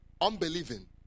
Unbelieving